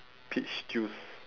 peach juice